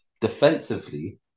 defensively